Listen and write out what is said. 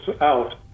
out